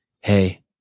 hey